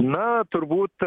na turbūt